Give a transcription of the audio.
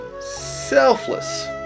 selfless